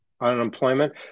unemployment